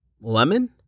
Lemon